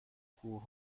کوه